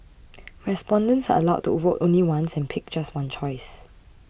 respondents are allowed to vote only once and pick just one choice